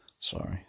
sorry